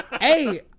Hey